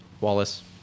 Wallace